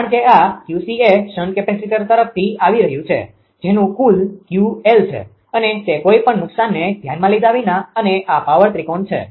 કારણ કે આ 𝑄𝐶 એ શન્ટ કેપેસિટર તરફથી આવી રહ્યું છે જેનું કુલ 𝑄𝑙 છે અને તે કોઈપણ નુકસાનને ધ્યાનમાં લીધા વિના અને આ પાવર ત્રિકોણ છે